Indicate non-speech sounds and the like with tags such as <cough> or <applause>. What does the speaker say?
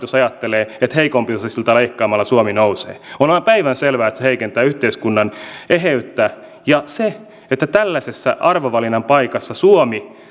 hallitus ajattelee että heikompiosaisilta leikkaamalla suomi nousee onhan päivänselvää että se heikentää yhteiskunnan eheyttä ja se että tällaisessa arvovalinnan paikassa suomi <unintelligible>